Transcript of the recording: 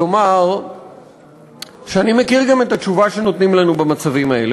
לומר שאני מכיר גם את התשובה שנותנים לנו במצבים האלה.